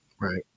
right